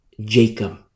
Jacob